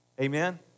Amen